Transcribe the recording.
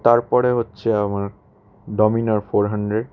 তারপরে হচ্ছে আমার ডমিনা ফোর হান্ড্রেড